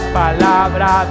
palabra